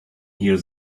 here